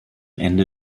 ende